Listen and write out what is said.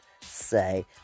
say